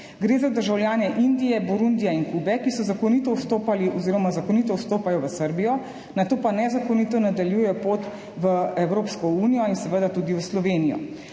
Gre za državljane Indije, Burundija in Kube, ki so zakonito vstopali oziroma zakonito vstopajo v Srbijo, nato pa nezakonito nadaljujejo pot v Evropsko unijo in seveda tudi v Slovenijo.